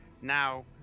Now